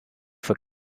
für